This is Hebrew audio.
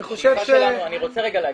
אני רוצה להגיב.